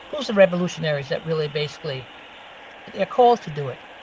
who's the revolutionaries that, really, basically they're called to do it.